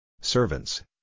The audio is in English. Servants